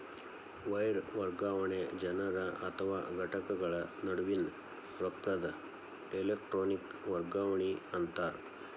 wire ವರ್ಗಾವಣೆ ಜನರ ಅಥವಾ ಘಟಕಗಳ ನಡುವಿನ್ ರೊಕ್ಕದ್ ಎಲೆಟ್ರೋನಿಕ್ ವರ್ಗಾವಣಿ ಅಂತಾರ